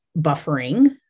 buffering